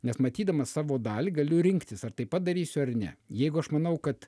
nes matydamas savo dalį galiu rinktis ar taip pat darysiu ar ne jeigu aš manau kad